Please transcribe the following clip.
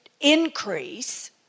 increase